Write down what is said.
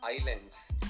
islands